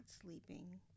sleeping